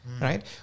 right